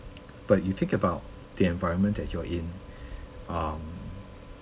but you think about the environment that you are in um